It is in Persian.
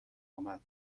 آمد